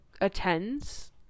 attends